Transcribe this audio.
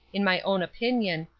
in my own opinion,